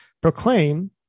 proclaim